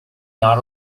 not